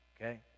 okay